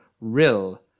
Rill